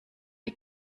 die